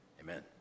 Amen